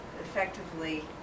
effectively